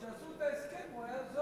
כשעשו את ההסכם הוא היה זול,